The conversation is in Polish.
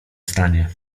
stanie